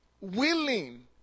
willing